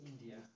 India